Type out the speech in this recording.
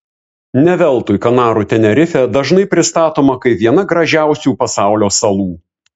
ne veltui kanarų tenerifė dažnai pristatoma kaip viena gražiausių pasaulio salų